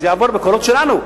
אז זה יעבור בקולות שלנו,